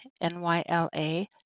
N-Y-L-A